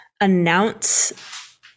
announce